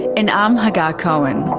and i'm hagar cohen